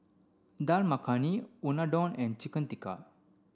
Dal Makhani Unadon and Chicken Tikka